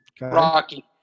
Rocky